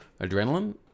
adrenaline